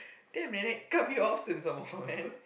then nenek come here often some more then